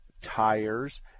tires